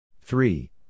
Three